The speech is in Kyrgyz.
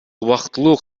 убактылуу